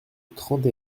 trente